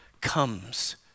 comes